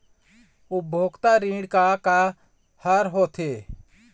उपभोक्ता ऋण का का हर होथे?